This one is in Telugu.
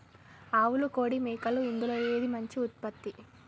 ఆవులు కోడి మేకలు ఇందులో ఏది మంచి ఉత్పత్తి?